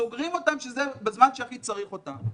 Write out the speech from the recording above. סוגרים אותם בזמן שהכי צריך אותם.